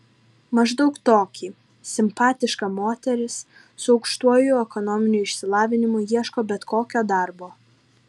maždaug tokį simpatiška moteris su aukštuoju ekonominiu išsilavinimu ieško bet kokio darbo